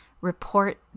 report